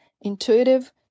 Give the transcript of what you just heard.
intuitive